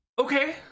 Okay